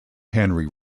henry